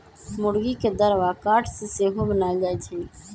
मूर्गी के दरबा काठ से सेहो बनाएल जाए छै